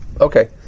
Okay